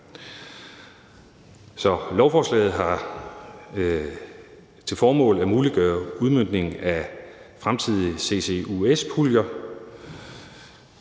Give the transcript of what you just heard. lovforslaget har til formål at muliggøre udmøntningen af fremtidige CCUS-puljer.